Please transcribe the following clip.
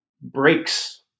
breaks